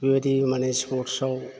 बेबादि मानि स्पर्थ्सआव